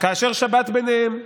כאשר שבת ביניהם.